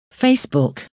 Facebook